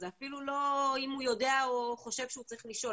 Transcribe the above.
זה אפילו לא אם הוא יודע או חושב שהוא צריך לשאול,